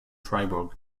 freiburg